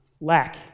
lack